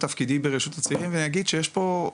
תפקידי ברשות הצעירים ואני אגיד שיש פה,